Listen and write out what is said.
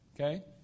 Okay